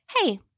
hey